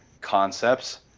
concepts